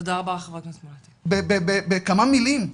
אבל ממש בכמה מילים.